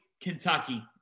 Kentucky